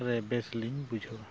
ᱨᱮ ᱵᱮᱥ ᱞᱤᱧ ᱵᱩᱡᱷᱟᱹᱣᱟ